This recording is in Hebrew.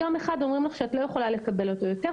יום אחד אומרים לך שאת לא יכולה לקבל אותו יותר,